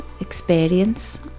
experience